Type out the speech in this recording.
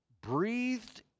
breathed